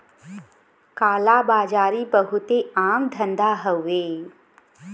काला बाजारी बहुते आम धंधा हउवे